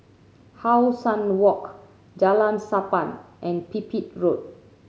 How Sun Walk Jalan Sappan and Pipit Road